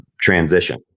transition